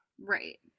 Right